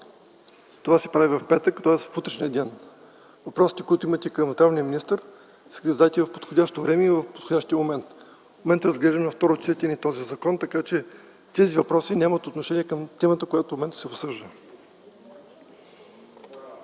Това се прави в петък, тоест в утрешния ден. Въпросите, които имате към здравния министър, си ги задайте в подходящо време и в подходящия момент. В момента разглеждаме на второ четене този законопроект, така че тези въпроси нямат отношение към темата, която в момента се обсъжда.